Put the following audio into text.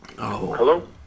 Hello